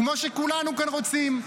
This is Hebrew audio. כמו שכולנו רוצים.